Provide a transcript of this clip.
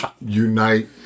unite